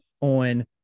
on